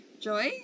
Joy